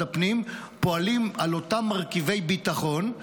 הפנים פועלים על אותם מרכיבי ביטחון.